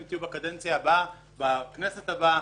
אם תהיו בכנסת הבאה